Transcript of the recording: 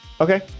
Okay